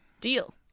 deal